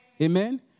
Amen